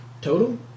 Total